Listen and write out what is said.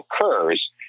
occurs